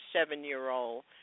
seven-year-old